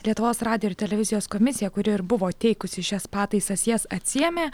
lietuvos radijo ir televizijos komisija kuri ir buvo teikusi šias pataisas jas atsiėmė